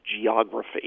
geography